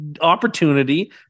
opportunity